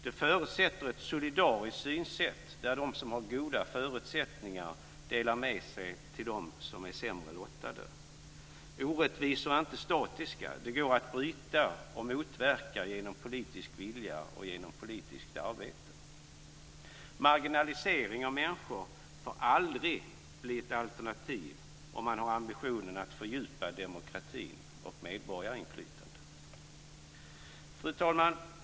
Det förutsätter ett solidariskt synsätt där de som har goda förutsättningar delar med sig till dem som är sämre lottade. Orättvisor är inte statiska. De går att bryta och motverka genom politisk vilja och genom politiskt arbete. Marginalisering av människor får aldrig bli ett alternativ om man har ambitionen att fördjupa demokratin och medborgarinflytandet. Fru talman!